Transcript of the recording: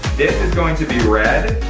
this is going to be red,